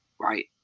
Right